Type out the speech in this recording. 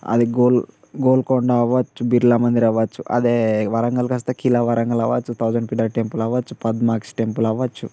అది గోల్ గోల్కొండ అవ్వచ్చు బిర్లా మందిర్ అవ్వచ్చు అదే వరంగల్ కాస్తా ఖిలా వరంగల్ అవ్వచ్చు థౌసండ్ పిల్లర్ టెంపుల్ అవ్వచ్చు పద్మాక్షి టెంపుల్ అవ్వచ్చు